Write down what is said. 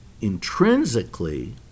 intrinsically